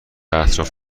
اطراف